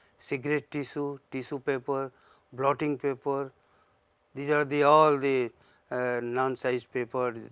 cigarette, tissue, tissue paper blotting paper these are the all the non size paper,